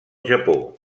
japó